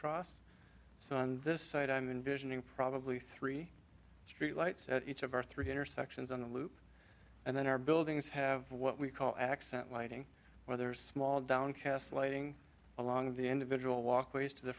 cross so on this side i mean vision in probably three streetlights each of our three intersections on the loop and then our buildings have what we call accent lighting whether small downcast lighting along the individual walkways to the